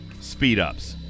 speed-ups